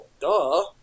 Duh